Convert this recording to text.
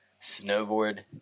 snowboard